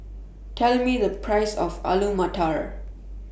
Tell Me The Price of Alu Matar